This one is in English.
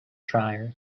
tyre